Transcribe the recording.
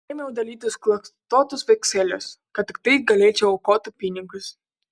ėmiau dalyti suklastotus vekselius kad tiktai galėčiau aukoti pinigus